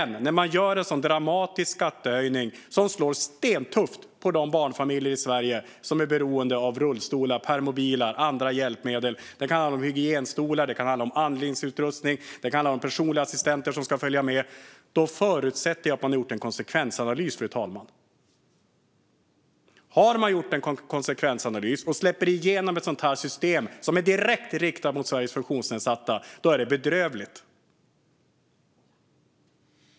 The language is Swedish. När man gör en så dramatisk skattehöjning som slår stentufft mot de barnfamiljer i Sverige som är beroende av rullstolar, permobiler eller andra hjälpmedel - hygienstolar, andningsutrustning eller personliga assistenter - förutsätter jag att man har gjort en konsekvensanalys. Det är bedrövligt om man har gjort en konsekvensanalys och släpper igenom ett system som är direkt riktat mot Sveriges funktionsnedsatta.